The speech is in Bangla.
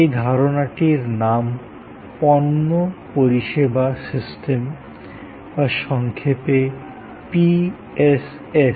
এই ধারণাটির নাম পণ্য পরিষেবা সিস্টেম বা সংক্ষেপে পি এস এস